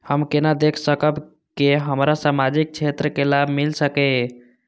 हम केना देख सकब के हमरा सामाजिक क्षेत्र के लाभ मिल सकैये?